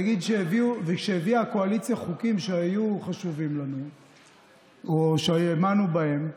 וכשהביאה הקואליציה חוקים שהיו חשובים לנו או שהאמנו בהם,